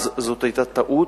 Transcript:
זו היתה טעות.